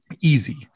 easy